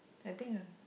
I think ah